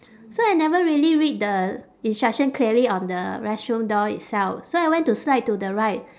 so I never really read the instruction clearly on the restroom door itself so I went to slide to the right